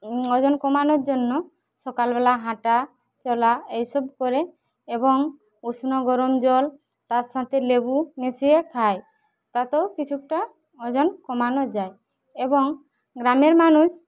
ওজন কমানোর জন্য সকালবেলা হাঁটা চলা এইসব করে এবং উষ্ণ গরম জল তার সাথে লেবু মিশিয়ে খায় তাতেও কিছুটা ওজন কমানো যায় এবং গ্রামের মানুষ